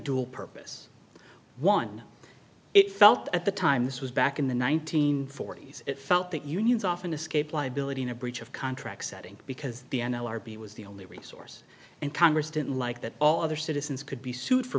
dual purpose one it felt at the time this was back in the one nine hundred forty s it felt that unions often escape liability in a breach of contract setting because the n l r b was the only resource and congress didn't like that all other citizens could be sued for